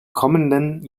kommenden